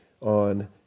on